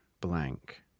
blank